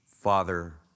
Father